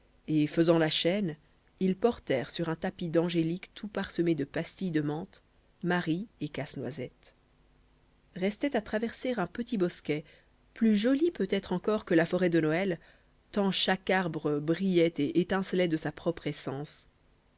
et faisant la chaîne ils portèrent sur un tapis d'angélique tout parsemé de pastilles de menthe marie et casse-noisette restait à traverser un petit bosquet plus joli peut-être encore que la forêt de noël tant chaque arbre brillait et étincelait de sa propre essence